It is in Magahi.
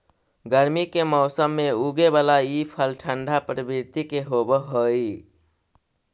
गर्मी के मौसम में उगे बला ई फल ठंढा प्रवृत्ति के होब हई